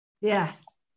Yes